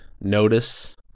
notice